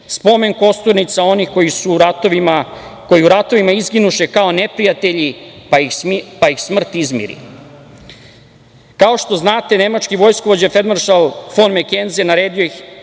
„Spomen kosturnica onih koji u ratovima izginuše kao neprijatelji, pa ih smrt izmiri."Kao što znate, Nemački vojskovođa feldmaršal fon Makenzen naredio je